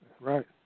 Right